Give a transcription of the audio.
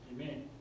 Amen